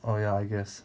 oh ya I guess